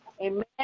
Amen